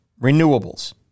renewables